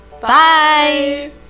Bye